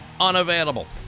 unavailable